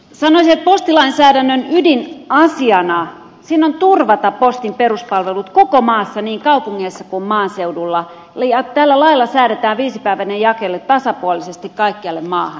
sanoisin että postilainsäädännön ydinasiana on turvata postin peruspalvelut koko maassa niin kaupungeissa kuin maaseudulla ja tällä lailla säädetään viisipäiväinen jakelu tasapuolisesti kaikkialle maahan